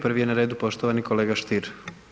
Prvi je na redu poštovani kolega Stier.